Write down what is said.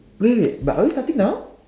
wait but are we starting now